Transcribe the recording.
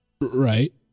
Right